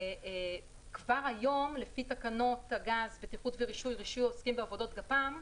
כבר היום לפי תקנות הגז (בטיחות ורישוי עוסקים בעבודות גפ"מ)